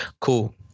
Cool